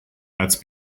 that’s